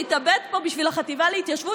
התאבד פה בשביל החטיבה להתיישבות.